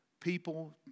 people